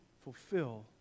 fulfill